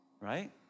Right